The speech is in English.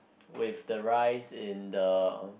with the rise is the